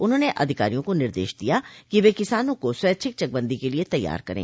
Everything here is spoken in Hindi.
उन्होंने अधिकारियों को निर्देश दिया कि वे किसानों को स्वैच्छिक चकबंदी क लिए तैयार करें